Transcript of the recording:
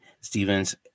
Stevens